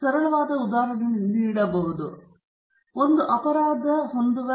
ನಾನು ಸರಳವಾದ ಉದಾಹರಣೆ ನೀಡಬಹುದು ಅಥವಾ ಕೆಲವು ಉದಾಹರಣೆಗಳು ಇರಬಹುದು